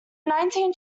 nineteen